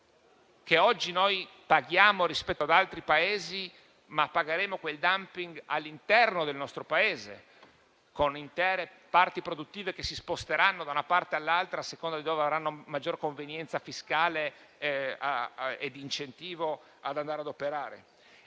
che oggi paghiamo rispetto ad altri Paesi, ma che domani pagheremo all'interno del nostro stesso Paese, con intere parti produttive che si sposteranno da una parte all'altra, a seconda di dove avranno maggior convenienza fiscale e di incentivo) e la riforma